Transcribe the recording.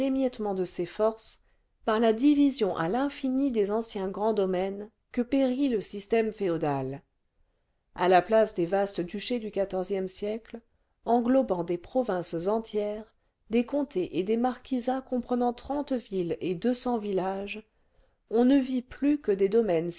l'émiettement de ses forces par la division à l'infini des anciens grands domaines que périt le système féodal à la place des vastes duchés du xrve siècle englobant des provinces entières des comtés et des marquisats comprenant trente villes et deux cents villages on ne vit plus que des domaines